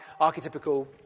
archetypical